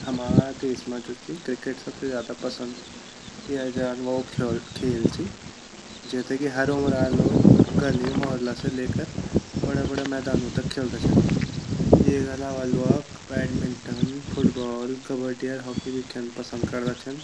हमा देश मा जू ची क्रिकेट सबसे पसंद किया जांड वालू खेल ची जेते हर उम्रा लोग गली मोहल्ला से लेकर बड़ा-बड़ा मैदानु मा खेल्दा छिन येगा आलावा लोग बैडमिंटन फुटबॉल कब्बडी अर हॉकी भी खेन पसंद करदा छिन।